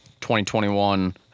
2021